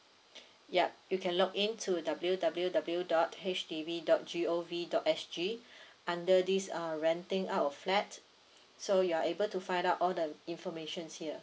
yup you can log in to the W W W dot H D B dot G O V dot S G under this uh renting out a flat so you are able to find out all the informations here